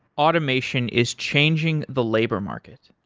automation is changing the labor market.